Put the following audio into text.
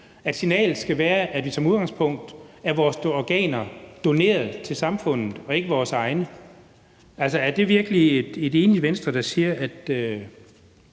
at signalet skal være, at vores organer som udgangspunkt er doneret til samfundet og ikke er vores egne. Er det virkelig et enigt Venstre, der siger, at